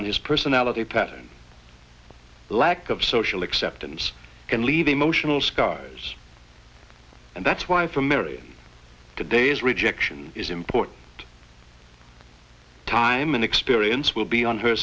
on his personality pattern lack of social acceptance can leave emotional scars and that's why for mary today's rejection is important time and experience will be on her